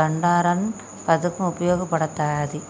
బండారన్ పతకం ఉపయోగపడతాది